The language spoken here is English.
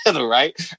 right